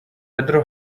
pedro